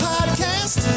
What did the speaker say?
Podcast